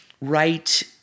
right